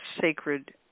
sacred